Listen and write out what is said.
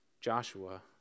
Joshua